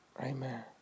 Amen